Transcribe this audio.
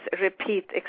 repeat